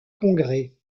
congrès